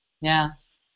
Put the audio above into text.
Yes